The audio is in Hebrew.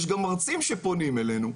יש גם מרצים שפונים אלינו,